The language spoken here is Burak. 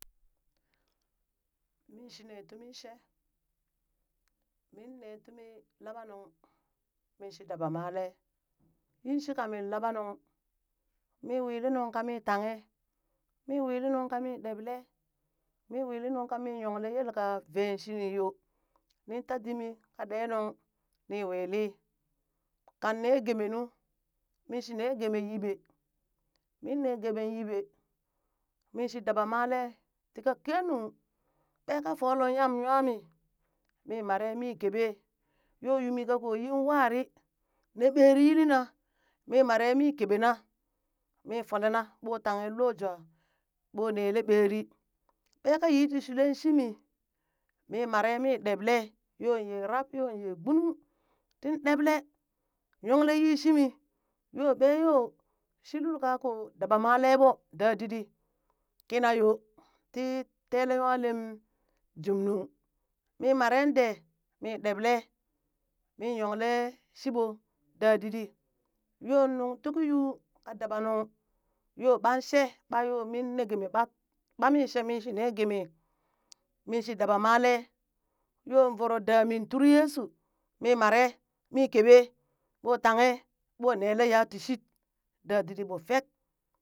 Mi shi nee tumii shee, min nee tumi labanunng, min shi daba malee yi shii min laba ŋung mii wii nuŋ kaa mii tanghe, mii wili nunka ɗeblee, mii willi nunka mii yonkle, yelka vee shini yoo nin taa dimi ka dee nuŋ ni wii lil. kan nee geemee nuu min shi nee gemee yiɓee, minne geme yiɓe, min shi daba malee ti ka kenung, ɓee ka fole nyam nyami mi mare mii kebee yoo mii ka koo yin wari nee berii yilina mii maree mii kebe yo yumi kako yin waari ne ɓeeri yili na mii mare mi keɓe na, mi folena ɓoo tanghe loo jwaa booh nelee ɓerii ɓee ka yitii shule shi mii mi mare mii ɗeɓlee yoo yee rab yoo yee gbunung tin ɗeɓle yong lee shimi yoo ɓee yoo shii lul ka koo daa malee dadiɗi ti tele nyalem junnung mii maren dee mii ɗeɓlee mii yonglee shiɓoo, dadiɗi yoo nuŋ tuki yuu kaa dabanung yoo ɓan shee ɓa yo miin nee geemee ɓat, ɓat yoo she min shine geemee min shi daba malee yoo voro damin turi yesu mii mare mi keɓe ɓoo tanghe ɓoo neele ya tii shit dadiɗi ɓoo fek.